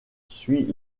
suit